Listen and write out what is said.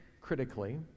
critically